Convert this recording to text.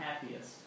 happiest